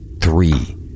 three